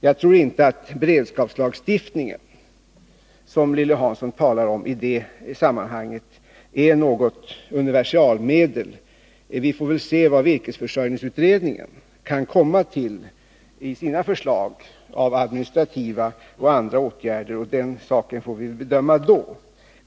Jag tror inte att beredskapslagstiftningen, som Lilly Hansson i det sammanhanget talade om, är något universalmedel. Vi får väl se vad virkesförsörjningsutredningen kan föreslå för administrativa och andra åtgärder — dem får vi bedöma då.